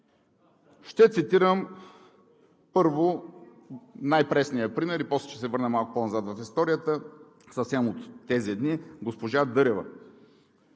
Ще цитирам първо най-пресния пример и после ще се върна малко по-назад в историята. Съвсем от тези дни, госпожа Дърева: